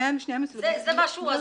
זה משהו הזוי.